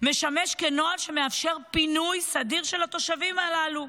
משמש כנוהל שמאפשר פינוי סדיר של התושבים הללו.